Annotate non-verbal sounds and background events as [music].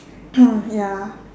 [noise] ya